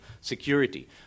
security